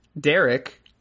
Derek